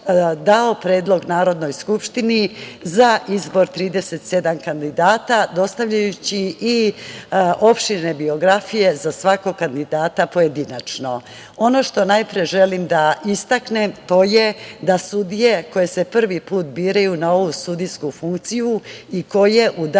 dao predlog Narodnoj skupštini za izbor 37 kandidata, dostavljajući i opširne biografije za svakog kandidata pojedinačno. Ono što najpre želim da istaknem to je da sudije koje se prvi put biraju na ovu sudijsku funkciju i koje u danu